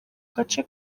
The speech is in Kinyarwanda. gace